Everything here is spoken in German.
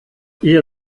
ihr